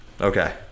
Okay